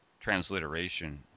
transliteration